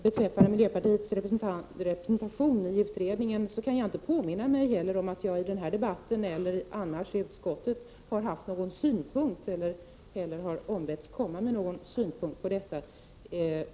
Beträffande miljöpartiets representation i krigsmaterielutredningen kan jag inte påminna mig att jag i den här debatten eller i utskottet har fört fram några synpunkter eller har ombetts uttrycka någon synpunkt på detta.